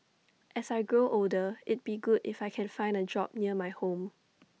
as I grow older it'd be good if I can find A job near my home